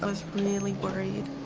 ah really worried.